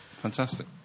Fantastic